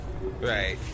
Right